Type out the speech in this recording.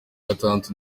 gatatu